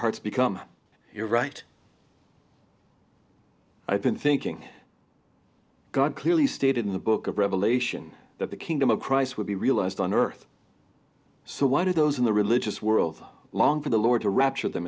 hearts become you're right i've been thinking god clearly stated in the book of revelation that the kingdom of christ would be realized on earth so why do those in the religious world long for the lord to rapture them